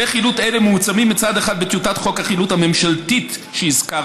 כלי חילוט אלה מועצמים מצד אחד בטיוטת חוק החילוט הממשלתי שהזכרתי,